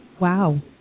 Wow